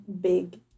big